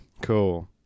cool